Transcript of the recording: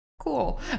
cool